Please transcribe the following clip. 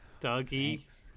Dougie